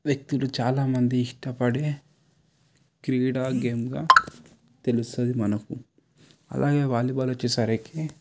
వ్యక్తులు చాలామంది ఇష్టపడే క్రీడా గేమ్గా తెలుస్తుంది మనకు అలాగే వాలీబాల్ వచ్చేసరికి